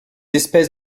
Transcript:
espèces